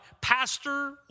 pastor